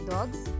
Dogs